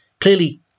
clearly